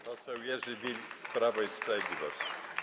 Poseł Jerzy Wilk, Prawo i Sprawiedliwość.